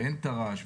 ואין תר"ש,